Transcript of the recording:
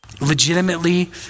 Legitimately